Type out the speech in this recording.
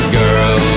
girl